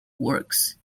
works